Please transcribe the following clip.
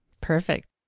Perfect